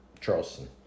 Charleston